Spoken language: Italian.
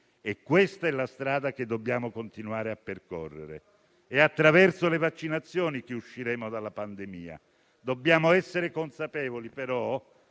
ed è questa che dobbiamo continuare a percorrere. È attraverso le vaccinazioni che usciremo dalla pandemia. Dobbiamo essere consapevoli, però,